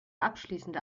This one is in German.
abschließende